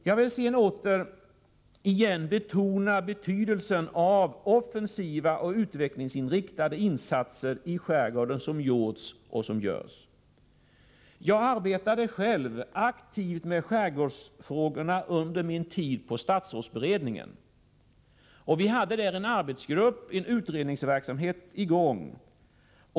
Jag vill sedan återigen betona betydelsen av de offensiva och utvecklingsinriktade insatser som gjorts och som görs i skärgården. Jag arbetade själv aktivt med skärgårdsfrågorna under min tid vid statsrådsberedningen. En arbetsgrupp sysslade där med utredningsverksamhet.